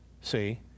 See